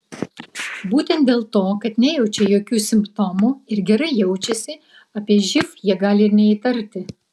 būtent dėl to kad nejaučia jokių simptomų ir gerai jaučiasi apie živ jie gali ir neįtarti